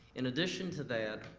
in addition to that,